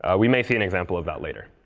ah we may see an example of that later.